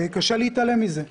קשה להתעלם מזה.